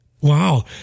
wow